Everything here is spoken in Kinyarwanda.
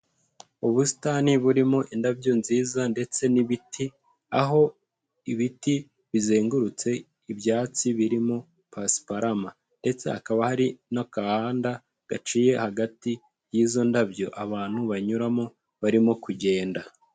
Ubusitani burimo indabyo nziza ndetse n'ibiti, aho ibiti bizengurutse ibyatsi birimo pasiparamu, ndetse hakaba hari n'agahanda gaciye hagati y'izo ndabyo abantu banyuramo barimo kugenda.